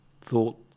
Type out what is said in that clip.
thought